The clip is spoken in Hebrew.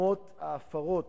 ההפרות,